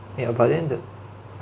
ya but then the